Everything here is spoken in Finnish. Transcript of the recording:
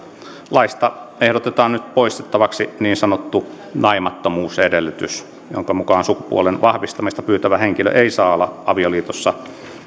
laista ehdotetaan nyt poistettavaksi niin sanottu naimattomuusedellytys jonka mukaan sukupuolen vahvistamista pyytävä henkilö ei saa olla avioliitossa